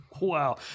Wow